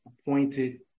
appointed